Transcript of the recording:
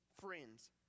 friends